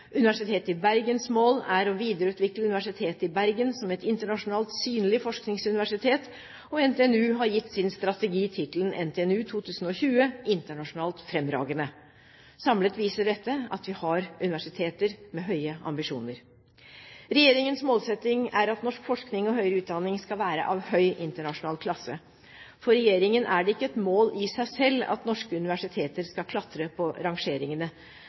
Universitetet i Bergens mål er «å videreutvikle UiB som et internasjonalt synlig forskningsuniversitet». NTNU har gitt sin strategi tittelen «NTNU 2020 – Internasjonalt fremragende». Samlet viser dette at vi har universiteter med høye ambisjoner. Regjeringens målsetting er at norsk forskning og høyere utdanning skal være av høy internasjonal klasse. For regjeringen er det ikke et mål i seg selv at norske universiteter skal klatre på rangeringene.